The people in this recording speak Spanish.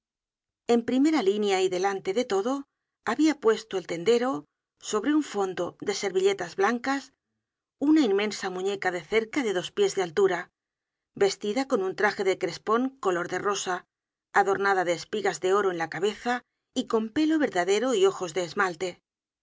en primera línea y delante de todo habia puesto el tendero sobre un fondo de servilletas blancas una inmensa muñeca de cerca de dos pies de altura vestida con un traje de crespon color de rosa adornada de espigas de oro en la cabeza y con pelo verdadero y ojos de esmalte